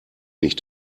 nicht